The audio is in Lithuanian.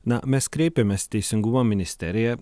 na mes kreipėmės teisingumo ministerija